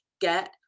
get